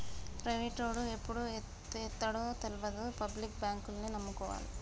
ప్రైవేటోడు ఎప్పుడు ఎత్తేత్తడో తెల్వది, పబ్లిక్ బాంకుల్నే నమ్ముకోవాల